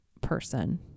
person